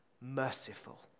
merciful